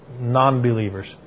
non-believers